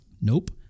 Nope